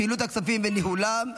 חילוט הכספים וניהולם),